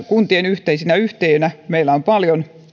kuntien yhteisinä yhtiöinä paljon